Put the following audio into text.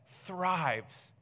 thrives